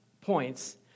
points